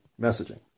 messaging